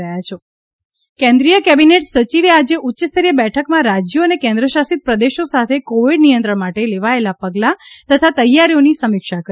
cabinet સચિવ કેન્દ્રિય cabinet સચિવે આજે ઉચ્ય સ્તરીય બેઠકમાં રાજ્યો અને કેન્દ્ર શાસિત પ્રદેશો સાથે કોવિડ નિયંત્રણ માટે લેવાયેલાં પગલાં તથા તૈયારીઓની સમીક્ષા કરી